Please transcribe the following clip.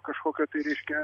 kažkokio tai reiškia